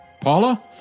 Paula